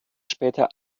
später